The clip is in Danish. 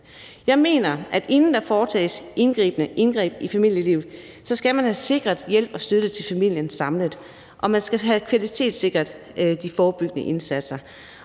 Jeg mener, at man, inden der foretages indgreb i familielivet, skal have sikret hjælp og støtte til familien samlet, og man skal have kvalitetssikret de forebyggende indsatser.